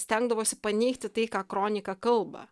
stengdavosi paneigti tai ką kronika kalba